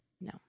No